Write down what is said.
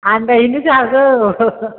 आन्दायहैनोसो हागौ